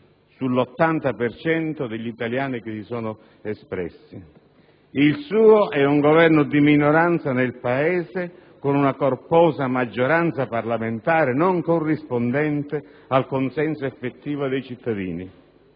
cento degli italiani che si sono espressi. Il suo è un Governo di minoranza nel Paese, con una corposa maggioranza parlamentare non corrispondente al consenso effettivo dei cittadini.